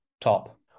top